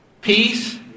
peace